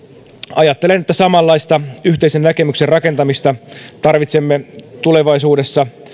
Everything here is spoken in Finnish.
ajattelen että samanlaista yhteisen näkemyksen rakentamista tarvitsemme tulevaisuudessa